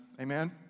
Amen